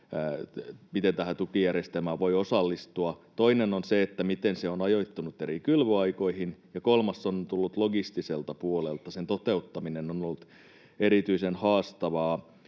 jolloin tähän tukijärjestelmään voi osallistua. Toinen on se, miten se on ajoittunut eri kylvöaikoihin. Kolmas on tullut logistiselta puolelta. Sen toteuttaminen on ollut erityisen haastavaa.